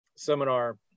seminar